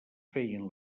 feien